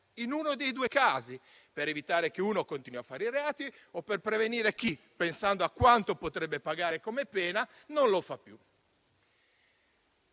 in uno dei due casi: per evitare che uno continui a fare i reati o per prevenire chi, pensando a quanto potrebbe pagare come pena, non lo fa più.